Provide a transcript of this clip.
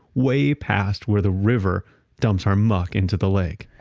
way past where the river dumps our muck into the lake.